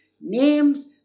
names